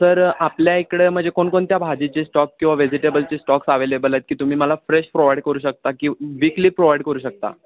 sir आपल्या इकडं म्हणजे कोणकोणत्या भाजीचे स्टॉक किंवा वेजिटेबलचे स्टॉक्स अवेलेबल आहेत की तुम्ही मला फ्रेश प्रोव्हाइड करू शकता की वीकली प्रोव्हाइड करू शकता